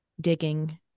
digging